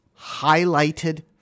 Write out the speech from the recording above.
Highlighted